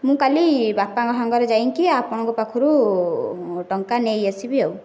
ମୁଁ କାଲି ବାପାଙ୍କ ସାଙ୍ଗରେ ଯାଇକି ଆପଣଙ୍କ ପାଖୁରୁ ଟଙ୍କା ନେଇ ଆସିବି ଆଉ